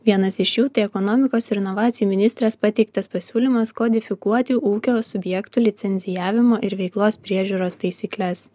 vienas iš jų tai ekonomikos ir inovacijų ministrės pateiktas pasiūlymas kodifikuoti ūkio subjektų licencijavimo ir veiklos priežiūros taisykles